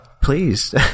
please